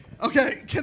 Okay